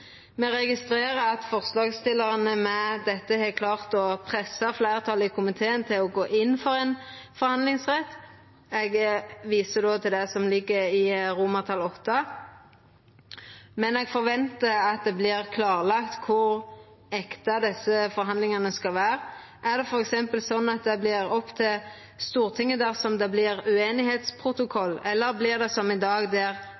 Me registrerer at forslagsstillarane med dette har klart å pressa fleirtalet i komiteen til å gå inn for ein forhandlingsrett – eg viser då til det som ligg i VIII – men eg forventar at det vert klarlagt kor ekte desse forhandlingane skal vera. Er det f.eks. sånn at det vert opp til Stortinget dersom det vert ueinigheitsprotokoll, eller vert det som i dag, der